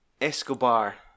Escobar